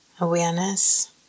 awareness